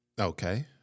Okay